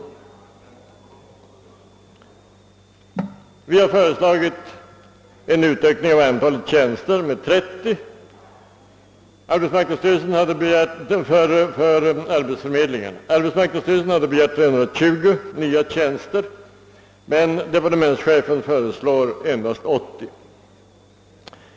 Vi från folkpartiet har föreslagit en utökning av antalet tjänster med 30 för arbetsförmedlingarna. Arbetsmarknadsstyrelsen hade begärt 320 nya tjänster, men departementschefen föreslår endast 80.